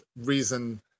reason